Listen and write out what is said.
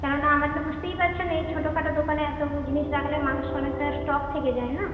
কেন না আমাদের বুঝতেই পারছেন এই ছোটখাটো দোকানে এত জিনিস রাখলে মানুষ অনেকটা স্টক থেকে যায় না